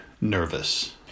nervous